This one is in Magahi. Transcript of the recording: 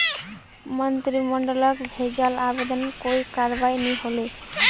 मंत्रिमंडलक भेजाल आवेदनत कोई करवाई नी हले